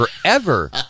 forever